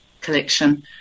collection